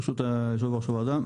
ברשות יושב-ראש הוועדה,